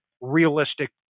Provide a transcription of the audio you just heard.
realistic